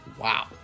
Wow